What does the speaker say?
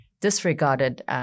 disregarded